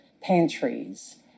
pantries